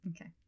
Okay